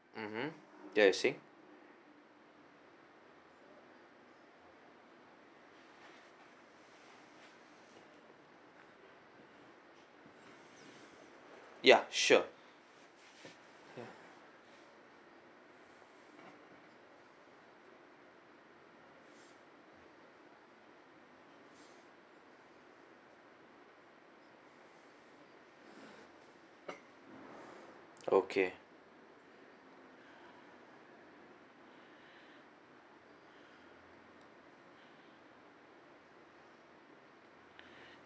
mm hmm ya you say ya sure okay